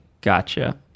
Gotcha